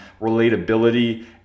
relatability